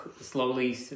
slowly